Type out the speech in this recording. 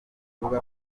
ruba